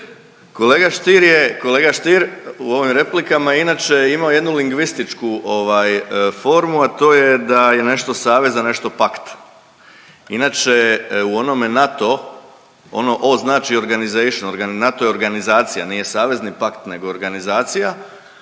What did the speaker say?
kolega Stier u ovim replikama inače imao jednu lingvističku, ovaj, formu, a to je da je nešto savez, a nešto pakt. Inače, u onome NATO, ono o znači organisation, NATO je organizacija, nije savez ni pakt nego organizacija,